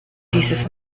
dieses